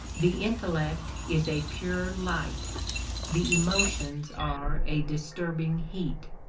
the intellect is a pure light the emotions are a disturbing heat.